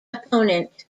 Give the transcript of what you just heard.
opponent